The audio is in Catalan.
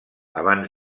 abans